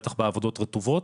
בטח בעבודות רטובות,